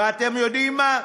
ואתם יודעים מה?